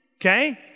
Okay